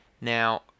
Now